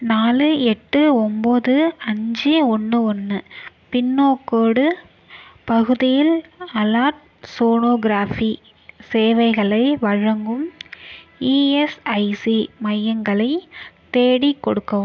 நாலு எட்டு ஒம்பது அஞ்சு ஒன்று ஒன்று பின்னோகோடு பகுதியில் அலாட்சோனோக்ராஃபி சேவைகளை வழங்கும் இஎஸ்ஐசி மையங்களை தேடி கொடுக்கவும்